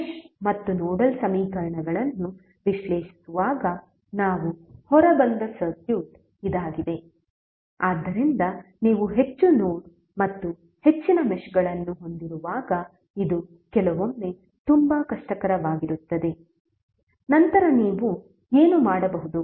mesh ಮತ್ತು nodal ಸಮೀಕರಣಗಳನ್ನು ವಿಶ್ಲೇಷಿಸುವಾಗ ನಾವು ಹೊರಬಂದ ಸರ್ಕ್ಯೂಟ್ ಇದಾಗಿದೆ ಆದ್ದರಿಂದ ನೀವು ಹೆಚ್ಚು ನೋಡ್ ಮತ್ತು ಹೆಚ್ಚಿನ ಮೆಶ್ಗಳನ್ನು ಹೊಂದಿರುವಾಗ ಇದು ಕೆಲವೊಮ್ಮೆ ತುಂಬಾ ಕಷ್ಟಕರವಾಗಿರುತ್ತದೆ ನಂತರ ನೀವು ಏನು ಮಾಡಬಹುದು